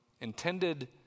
intended